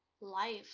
life